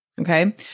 Okay